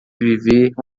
viver